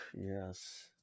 Yes